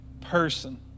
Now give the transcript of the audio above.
person